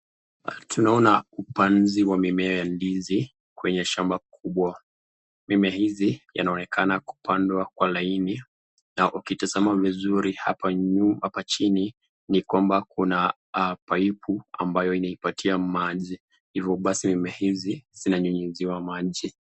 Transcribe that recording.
Tunaona upanzi wa mimea ya ndizi kwenye shamba kubwa, mimea hizi yanaonekana kupandwa kwa laini na ukitazama vizuri hapa chini, ni kwamba kuna paipu ambayo inaipatia maji, hivo basi mimea hizi zinanyunyiziwa maji.